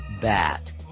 bat